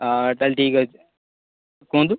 ଅଁ ତାହାଲେ ଠିକ୍ ଅଛି କୁହନ୍ତୁ